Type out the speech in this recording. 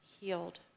healed